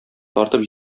тартып